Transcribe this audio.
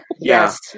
Yes